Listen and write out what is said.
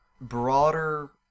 Broader